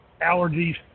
allergies